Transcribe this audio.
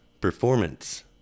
Performance